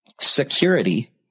security